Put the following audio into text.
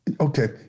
okay